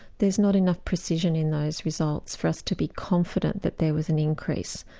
there's not enough precision in those results for us to be confident that there was an increase.